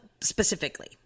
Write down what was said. specifically